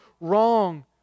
wrong